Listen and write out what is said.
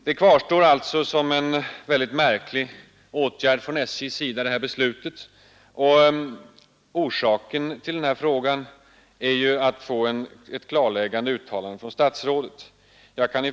Detta beslut framstår som en mycket märklig åtgärd, och avsikten med min fråga har varit att få ett klarläggande uttalande från kommunikationsministern.